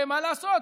מה לעשות,